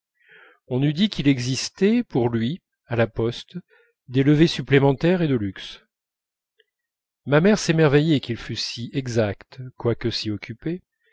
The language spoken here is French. on eût dit qu'il existait pour lui à la poste des levées supplémentaires et de luxe ma mère s'émerveillait qu'il fût si exact quoique si occupé